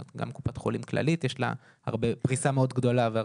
גם לקופת חולים כללית יש פריסה מאוד גדולה.